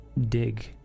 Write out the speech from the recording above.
dig